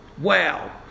Wow